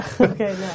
Okay